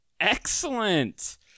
Excellent